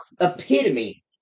epitome